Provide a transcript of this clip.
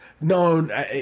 No